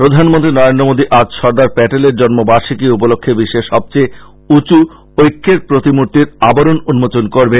প্রধানমন্ত্রী নরেন্দ্র মোদী আজ সর্দার প্যাটেলের জন্মবার্ষিকী উপলক্ষ্যে বিশ্বের সবচেয়ে উঁচু ঐক্যের প্রতিমূর্ত্তীর আবরণ উন্মোচন করবেন